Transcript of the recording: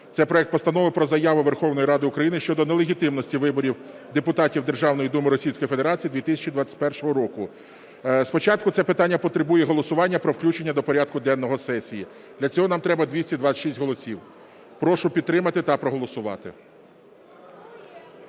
це проект Постанови про Заяву Верховної Ради України щодо нелегітимності виборів депутатів Державної Думи Російської Федерації 2021 року. Спочатку це питання потребує голосування про включення до порядку денного сесії. Для цього нам треба 226 голосів. Прошу підтримати та проголосувати.